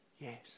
Yes